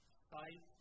sight